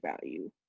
value